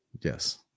yes